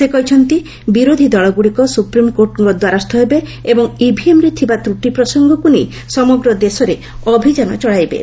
ସେ କହିଛନ୍ତି ବିରୋଧୀ ଦଳଗୁଡ଼ିକ ସୁପ୍ରିମ୍କୋର୍ଟଙ୍କ ଦ୍ୱାରସ୍ଥ ହେବେ ଏବଂ ଇଭିଏମ୍ରେ ଥିବା ତ୍ରଟି ପ୍ରସଙ୍ଗକୁ ନେଇ ସମଗ୍ର ଦେଶରେ ଅଭିଯାନ ଚଳାଇବେ